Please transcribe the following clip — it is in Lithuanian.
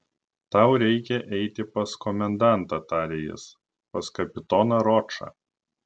tau reikia eiti pas komendantą tarė jis pas kapitoną ročą